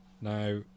Now